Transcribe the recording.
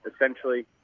essentially